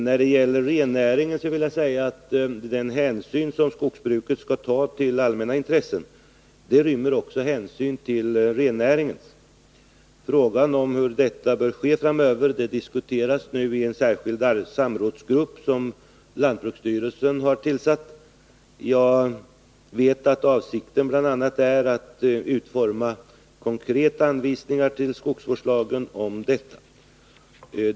När det gäller rennäringen vill jag säga att den hänsyn skogsbruket skall ta till allmänna intressen också rymmer hänsyn till rennäringen. Frågan om hur detta bör ske framöver diskuteras nu i en särskild samrådsgrupp som lantbruksstyrelsen har tillsatt. Jag vet att avsikten bl.a. är att utforma konkreta anvisningar till skogsvårdslagen om detta.